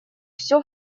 всё